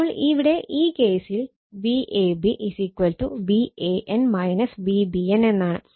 അപ്പോൾ ഇവിടെ ഈ കേസിൽ Vab Van Vbn എന്നാണ്